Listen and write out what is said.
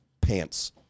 pants